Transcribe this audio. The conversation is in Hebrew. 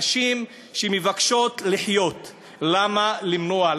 נשים שמבקשות לחיות, למה למנוע?